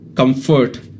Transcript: Comfort